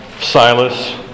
Silas